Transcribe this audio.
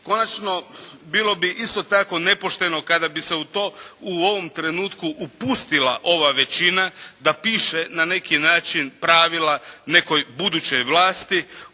Bilo bi isto tako nepošteno kada bi se u to u ovom trenutku upustila ova većina da piše na neki način pravila, nekoj budućoj vlasti,